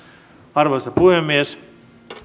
arvoisa puhemies